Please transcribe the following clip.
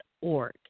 .org